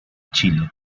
chile